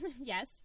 yes